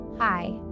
Hi